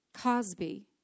Cosby